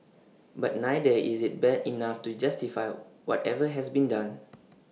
but neither is IT bad enough to justify whatever has been done